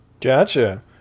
Gotcha